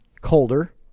Colder